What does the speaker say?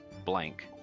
blank